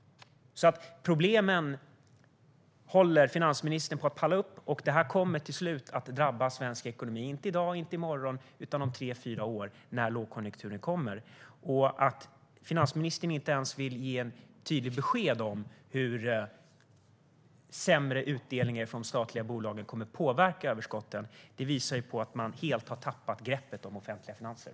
Problemen håller finansministern på att palla upp, och det kommer till slut att drabba svensk ekonomi - inte i dag, inte i morgon utan om tre fyra år - när lågkonjunkturen kommer. Att finansministern inte ens vill ge ett tydligt besked om hur sämre utdelningar från de statliga bolagen kommer att påverka överskotten visar att man helt har tappat greppet om de offentliga finanserna.